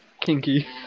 Kinky